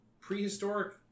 prehistoric